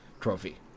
trophy